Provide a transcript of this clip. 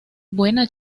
buena